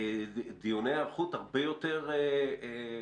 דיוני היערכות הרבה יותר אמיתיים,